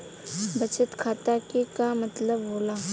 बचत खाता के का मतलब होला?